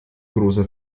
großer